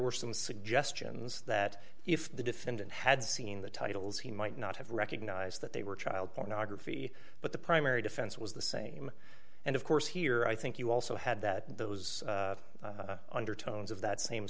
were some suggestions that if the defendant had seen the titles he might not have recognized that they were child pornography but the primary defense was the same and of course here i think you also had that those undertones of that same